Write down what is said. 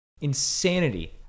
insanity